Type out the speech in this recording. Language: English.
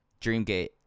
Dreamgate